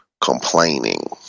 complaining